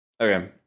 Okay